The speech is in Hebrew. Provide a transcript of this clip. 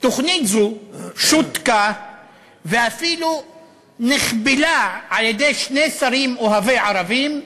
תוכנית זאת שותקה ואפילו נכבלה על-ידי שני שרים אוהבי ערבים,